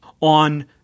on